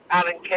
Alan